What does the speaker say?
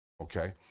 okay